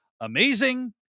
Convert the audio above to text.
amazing